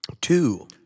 Two